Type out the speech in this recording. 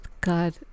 god